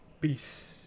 Peace